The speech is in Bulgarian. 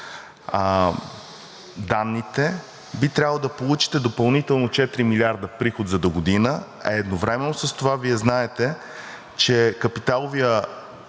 инфлацията, би трябвало да получите допълнително четири милиарда приход за догодина, а едновременно с това Вие знаете, че капиталовият